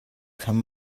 kann